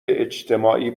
اجتماعی